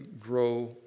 grow